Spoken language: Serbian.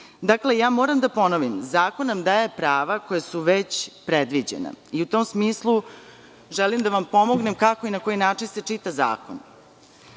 države. Moram da ponovim, zakon nam daje prava koja su već predviđena. U tom smislu, želim da vam pomognem kako i na koji način se čita zakon.U